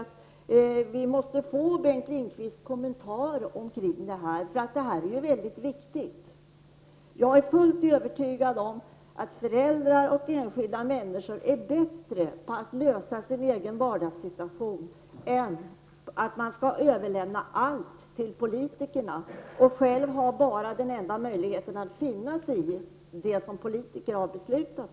Vi måste få en kommentar från Bengt Lindqvist, för det är en mycket viktig fråga. Jag är fullt övertygad om att föräldrar och andra enskilda människor löser sina vardagsproblem bättre än vad som blir fallet om man lämnar över allt till politikerna och bara får finna sig i de beslut som dessa fattar.